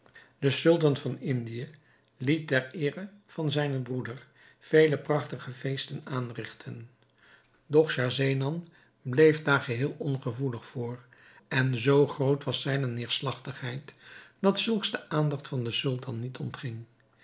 de sultan van indië liet ter eere van zijnen broeder vele prachtige feesten aanrigten doch schahzenan bleef daar geheel ongevoelig voor en zoo groot was zijne neêrslagtigheid dat zulks de aandacht van den sultan niet ontging